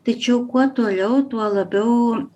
tačiau kuo toliau tuo labiau